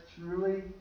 truly